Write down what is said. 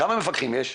כמה מפקחים יש?